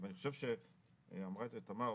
אני חושב וגם אמרה את זה תמר,